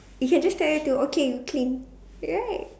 you can just tell it to okay clean right